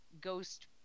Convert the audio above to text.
ghost